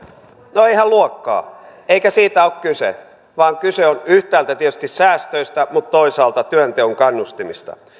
no eihän luokaan eikä siitä ole kyse vaan kyse on yhtäältä tietysti säästöistä mutta toisaalta työnteon kannustimista